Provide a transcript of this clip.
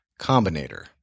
Combinator